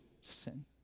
sin